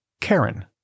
Karen